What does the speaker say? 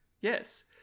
Yes